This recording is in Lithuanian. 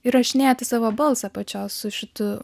įrašinėti savo balsą pačios su šituo